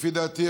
לפי דעתי,